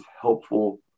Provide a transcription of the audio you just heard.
helpful